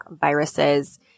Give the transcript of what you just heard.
viruses